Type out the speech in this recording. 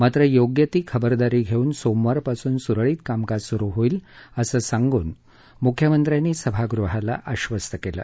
मात्र योग्य ती खबरदारी घेऊन सोमवारपासून सुरळीत कामकाज सुरू होईल असं सांगून मुख्यमंत्र्यांनी सभागृहाला आश्वस्त केलं